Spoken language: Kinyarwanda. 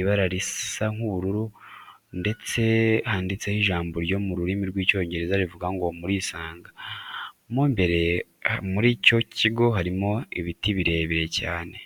ibara risa nk'ubururu ndetse handitseho ijambo ryo mu rurimi rw'Icyongereza rivuga ngo murisanga. Mo imbere muri icyo kigo harimo ibiti birebire cyane.